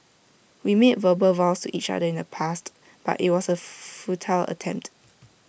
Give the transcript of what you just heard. we made verbal vows to each other in the past but IT was A futile attempt